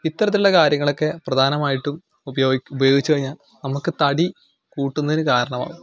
ഇത്തരത്തിലുള്ള കാര്യങ്ങൾ ഒക്കെ പ്രധാനമായിട്ടും ഉപയോഗി ഉപയോഗിച്ചു കഴിഞ്ഞാൽ നമുക്ക് തടി കൂട്ടുന്നതിന് കാരണമാവും